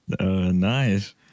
Nice